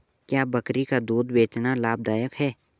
क्या बकरी का दूध बेचना लाभदायक है?